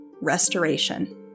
Restoration